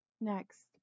Next